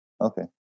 Okay